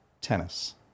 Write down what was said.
tennis